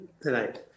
tonight